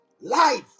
Life